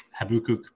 Habukuk